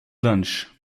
lunch